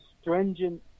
stringent